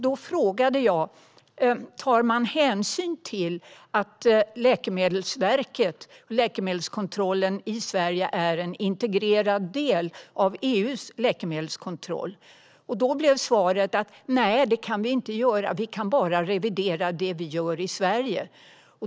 Då frågade jag: Tar man hänsyn till att Läkemedelsverket, läkemedelskontrollen i Sverige, är en integrerad del av EU:s läkemedelskontroll? Svaret blev: Nej, det kan vi inte göra. Vi kan bara revidera det vi gör i Sverige.